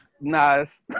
Nice